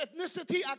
ethnicity